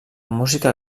música